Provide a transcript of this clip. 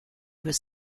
was